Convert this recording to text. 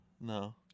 No